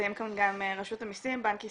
נמצאים כאן גם מרשות המסים, בנק ישראל,